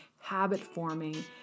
habit-forming